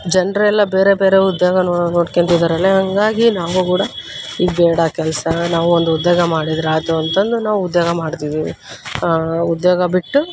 ಜನರೆಲ್ಲ ಬೇರೆ ಬೇರೆ ಉದ್ಯೋಗ ನೋಡ್ಕ್ಯಂತಿದಾರಲ್ಲ ಹಾಗಾಗಿ ನಾವೂ ಕೂಡ ಇದು ಬೇಡ ಕೆಲಸ ನಾವು ಒಂದು ಉದ್ಯೋಗ ಮಾಡಿದ್ರಾಯ್ತು ಅಂತಂದು ನಾವು ಉದ್ಯೋಗ ಮಾಡ್ತಿದೀವಿ ಆ ಉದ್ಯೋಗ ಬಿಟ್ಟು